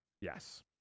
Yes